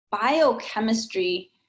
biochemistry